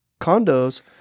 condos